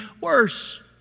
worse